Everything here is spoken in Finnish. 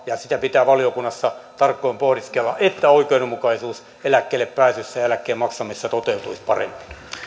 ja sitä pitää valiokunnassa tarkoin pohdiskella että oikeudenmukaisuus eläkkeelle pääsyssä ja eläkkeen maksamisessa toteutuisi paremmin